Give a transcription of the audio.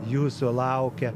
jūsų laukia